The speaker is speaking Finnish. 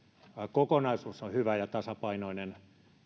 kokonaisuus on hyvä ja tasapainoinen